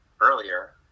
earlier